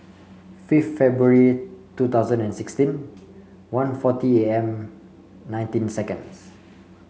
fifth February two thousand and sixteen one forty A M nineteen seconds